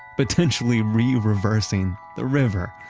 potentially, re-reversing the river,